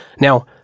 Now